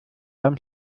beim